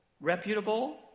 reputable